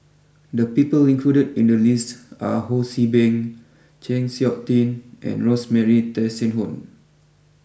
the people included in the list are Ho see Beng Chng Seok Tin and Rosemary Tessensohn